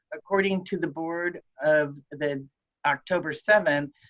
according to the board of the october seventh,